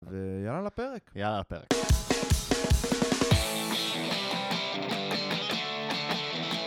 ויאללה לפרק? יאללה לפרק.